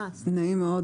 נעים מאוד,